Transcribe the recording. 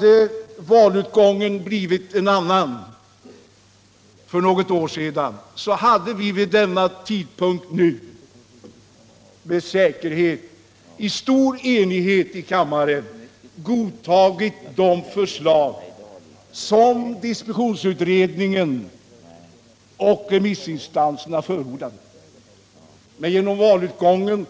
Om valutgången för drygt ett år sedan hade blivit en annan, skulle vi i dag med stor säkerhet i stor enighet här i kammaren ha godtagit det förslag som distributionsutredningen och remissinstanserna har förordat. Men på grund av valutgången